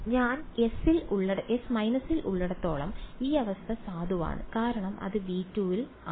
ഞാൻ S− ൽ ഉള്ളിടത്തോളം ഈ അവസ്ഥ സാധുവാണ് കാരണം അത് V2 ൽ ശരിയാണ്